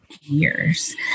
years